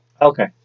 Okay